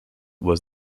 was